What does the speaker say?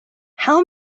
how